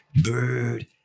Bird